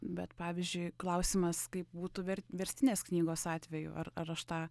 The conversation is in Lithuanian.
bet pavyzdžiui klausimas kaip būtų vert verstinės knygos atveju ar ar aš tą